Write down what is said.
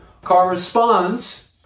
corresponds